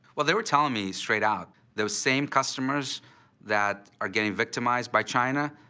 well, they were telling me straight out, those same customers that are getting victimized by china,